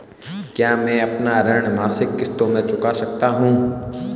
क्या मैं अपना ऋण मासिक किश्तों में चुका सकता हूँ?